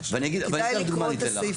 כדאי לקרוא את הסעיפים.